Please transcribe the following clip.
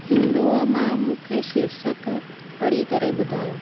हिंदूअ मां मूंखे शीर्षकु पढ़ी करे ॿुधायो